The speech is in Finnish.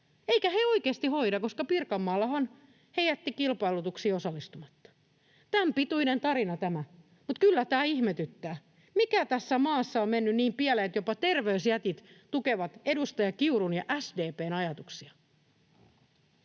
Eivätkä he oikeasti hoida, koska Pirkanmaallahan he jättivät kilpailutuksiin osallistumatta. Tämän pituinen tarina tämä, mutta kyllä tämä ihmetyttää, mikä tässä maassa on mennyt niin pieleen, että jopa terveysjätit tukevat edustaja Kiurun ja SDP:n ajatuksia.